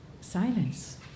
silence